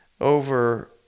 over